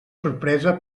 sorpresa